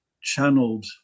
channeled